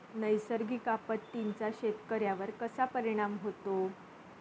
नैसर्गिक आपत्तींचा शेतकऱ्यांवर कसा परिणाम होतो?